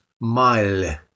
Mile